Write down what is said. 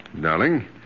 Darling